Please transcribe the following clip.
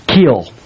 kill